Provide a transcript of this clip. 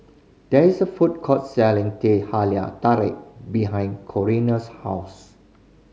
there is a food court selling Teh Halia Tarik behind Corina's house